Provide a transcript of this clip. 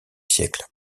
siècles